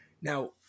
Now